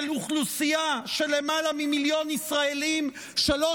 של אוכלוסייה של למעלה ממיליון ישראלים שלא